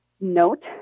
note